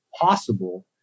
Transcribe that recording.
possible